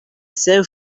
sore